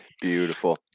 Beautiful